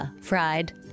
fried